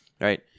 Right